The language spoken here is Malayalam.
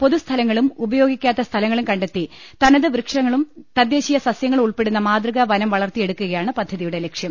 പൊതു സ്ഥലങ്ങളും ഉപയോഗിക്കാത്ത സ്ഥലങ്ങളും കണ്ടെത്തി തനത് വൃക്ഷങ്ങളും തദ്ദേശീയ് സസ്യങ്ങളും ഉൾപ്പെ ടുന്ന മാതൃകാ വനം വളർത്തിയെടുക്കുകയാണ് പദ്ധതിയുടെ ലക്ഷ്യം